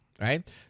right